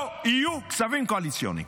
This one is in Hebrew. לא יהיו כספים קואליציוניים.